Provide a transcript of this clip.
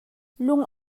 lung